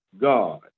god